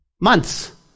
months